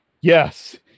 Yes